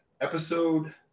episode